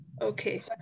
Okay